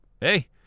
hey